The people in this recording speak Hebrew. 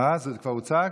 זה כבר הוצג.